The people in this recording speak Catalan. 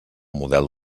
model